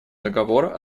договора